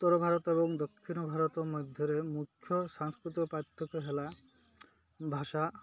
ଉତ୍ତର ଭାରତ ଏବଂ ଦକ୍ଷିଣ ଭାରତ ମଧ୍ୟରେ ମୁଖ୍ୟ ସାଂସ୍କୃତିକ ପାର୍ଥକ୍ୟ ହେଲା ଭାଷା